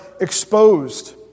exposed